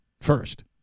first